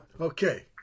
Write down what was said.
okay